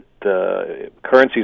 currencies